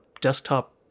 desktop